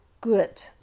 good